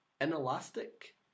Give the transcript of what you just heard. inelastic